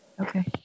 Okay